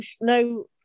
No